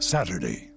Saturday